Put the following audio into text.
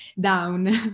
down